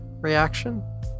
reaction